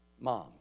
mom